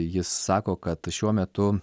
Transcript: jis sako kad šiuo metu